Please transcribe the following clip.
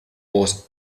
was